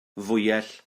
fwyell